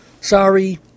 Sorry